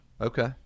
Okay